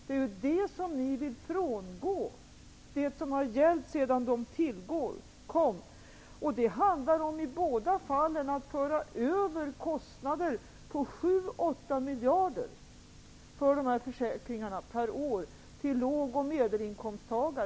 Det är ju det som ni vill frångå, det som har gällt sedan de försäkringarna tillkom. Det handlar i båda fallen om att föra över kostnader på 7--8 miljarder per år för de här försäkringarna till låg och medelinkomsttagare.